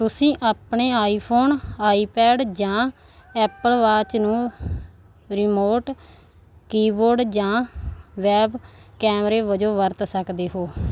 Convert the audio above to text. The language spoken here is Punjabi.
ਤੁਸੀਂ ਆਪਣੇ ਆਈਫੋਨ ਆਈਪੈਡ ਜਾਂ ਐਪਲ ਵਾਚ ਨੂੰ ਰਿਮੋਟ ਕੀਬੋਰਡ ਜਾਂ ਵੈਬ ਕੈਮਰੇ ਵਜੋਂ ਵਰਤ ਸਕਦੇ ਹੋ